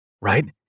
Right